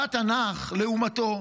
בא התנ"ך, לעומתו,